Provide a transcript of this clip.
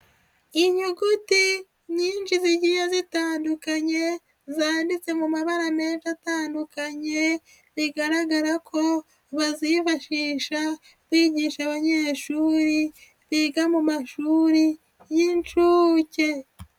Inyuguti nyinshi zigiye zitandukanye, zanditse mu mabara menshi atandukanye, bigaragara ko ziba ziyubashisha bigisha abanyeshuri biga mu mashuri y'inshuke.